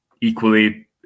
equally